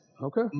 Okay